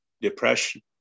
depression